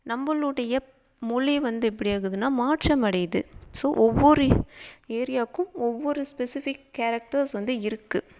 நம்மளுடைய மொழி வந்து எப்படி ஆகுதுன்னா மாற்றம் அடையுது ஸோ ஒவ்வொரு ஏரியாவுக்கும் ஒவ்வொரு ஸ்பெசிஃபிக் கேரக்டர்ஸ் வந்து இருக்குது